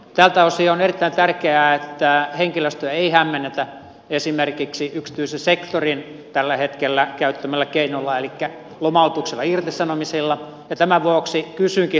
tältä osin on erittäin tärkeää että henkilöstöä ei hämmennetä esimerkiksi yksityisen sektorin tällä hetkellä käyttämällä keinolla elikkä lomautuksilla ja irtisanomisilla ja tämän vuoksi kysynkin hallitukselta